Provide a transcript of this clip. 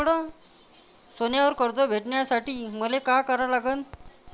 सोन्यावर कर्ज भेटासाठी मले का करा लागन?